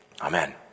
Amen